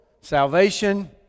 salvation